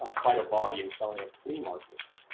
um quite a volume selling at flea markets